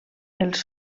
els